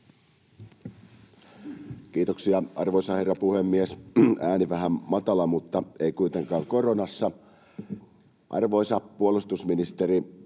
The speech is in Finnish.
Kiitoksia, arvoisa herra puhemies! Ääni on vähän matala, mutta ei kuitenkaan koronassa. — Arvoisa puolustusministeri,